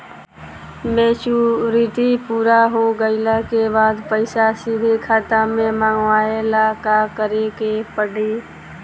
Maturity पूरा हो गइला के बाद पईसा सीधे खाता में मँगवाए ला का करे के पड़ी?